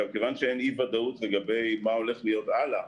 כיוון שאין ודאות מה הולך להיות הלאה